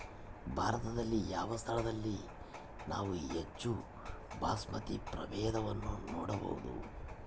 ಭಾರತದಲ್ಲಿ ಯಾವ ಸ್ಥಳದಲ್ಲಿ ನಾವು ಹೆಚ್ಚು ಬಾಸ್ಮತಿ ಪ್ರಭೇದವನ್ನು ನೋಡಬಹುದು?